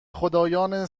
خدایان